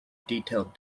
detailed